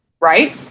Right